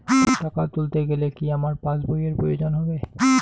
টাকা তুলতে গেলে কি আমার পাশ বইয়ের প্রয়োজন হবে?